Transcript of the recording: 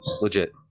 Legit